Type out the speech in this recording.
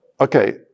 Okay